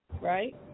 Right